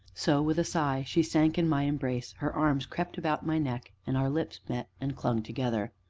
so, with a sigh, she sank in my embrace, her arms crept about my neck, and our lips met, and clung together.